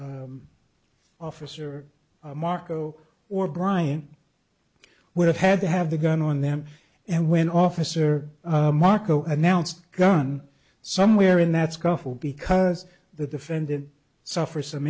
officer marco or brian would have had to have the gun on them and when officer marco announced the gun somewhere in that scuffle because the defendant suffer some